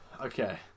Okay